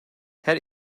her